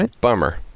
Bummer